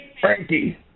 Frankie